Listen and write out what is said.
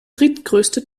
drittgrößte